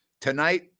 tonight